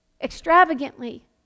extravagantly